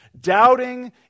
Doubting